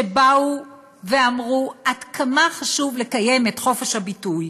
שבאו ואמרו עד כמה חשוב לקיים את חופש הביטוי.